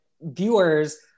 viewers